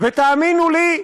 ותאמינו לי,